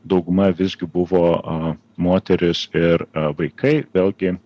dauguma visgi buvo moterys ir vaikai vėlgi